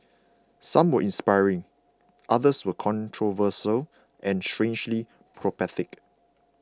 some were inspiring others were controversial and strangely prophetic